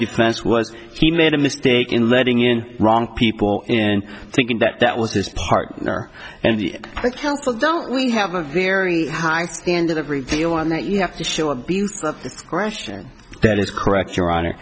defense was he made a mistake in letting in wrong people and thinking that that was his partner and the helpful don't we have a very high standard of review one that you have to show a question that is correct your honor